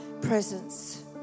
presence